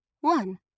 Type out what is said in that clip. one